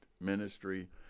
ministry